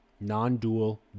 non-dual